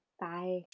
Bye